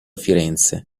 firenze